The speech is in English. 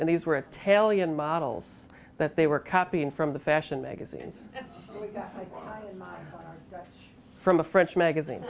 and these were italian models that they were copying from the fashion magazines from a french magazine